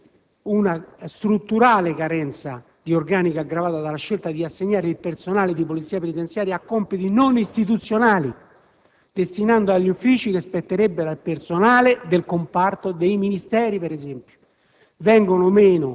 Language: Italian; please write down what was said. inoltre una strutturale carenza di organico aggravata dalla scelta di assegnare il personale di Polizia penitenziaria a compiti non istituzionali, destinandoli ad uffici che spetterebbero al personale del comparto dei Ministeri, per esempio.